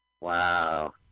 Wow